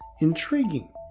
intriguing